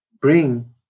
bring